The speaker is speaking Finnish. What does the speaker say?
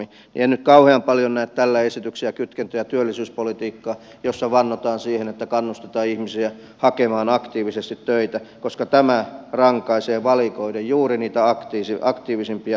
en nyt kauhean paljon näe tällä esityksellä kytkentöjä työllisyyspolitiikkaan jossa vannotaan siihen että kannustetaan ihmisiä hakemaan aktiivisesti töitä koska tämä rankaisee valikoiden juuri niitä aktiivisimpia pienyrittäjiä ja työntekijöitä